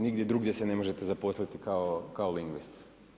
Nigdje drugdje se ne možete zaposliti kao lingvist.